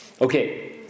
Okay